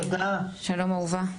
שלום, אהובה.